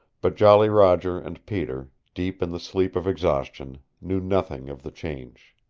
but jolly roger and peter, deep in the sleep of exhaustion, knew nothing of the change.